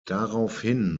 daraufhin